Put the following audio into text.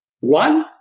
One